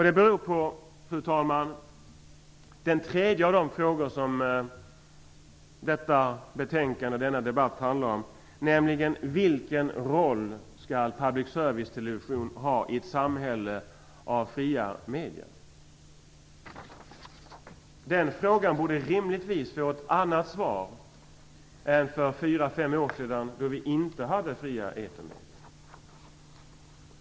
Det beror på, fru talman, den tredje av de frågor som detta betänkande och denna debatt handlar om, nämligen vilken roll som public service-televisionen skall ha i ett samhälle med fria medier. Den frågan borde rimligtvis få ett annat svar än för fyra fem år sedan, då vi inte hade fria etermedier.